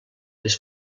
les